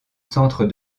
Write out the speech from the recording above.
centre